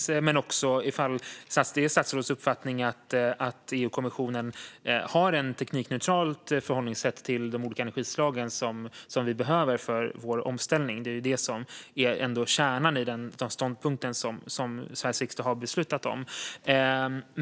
Jag undrar också om det är statsrådets uppfattning att EU-kommissionen har ett teknikneutralt förhållningssätt till de olika energislag som vi behöver för vår omställning. Det är det som ändå är kärnan i den ståndpunkt som Sveriges riksdag har beslutat om.